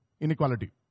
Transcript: inequality